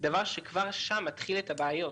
מה שכבר שם מתחיל את הבעיות.